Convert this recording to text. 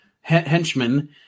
henchmen